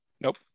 Nope